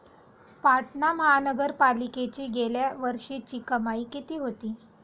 पाटणा महानगरपालिकेची गेल्या वर्षीची कमाई किती होती?